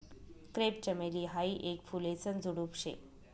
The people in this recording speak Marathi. क्रेप चमेली हायी येक फुलेसन झुडुप शे